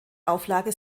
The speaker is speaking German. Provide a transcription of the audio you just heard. auflage